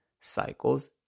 cycles